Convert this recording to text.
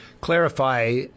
Clarify